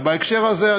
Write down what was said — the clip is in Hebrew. ובהקשר הזה,